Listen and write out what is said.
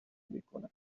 میکند